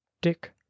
dick